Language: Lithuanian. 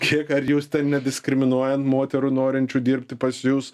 kiek ar jūs ten nediskriminuojant moterų norinčių dirbti pas jus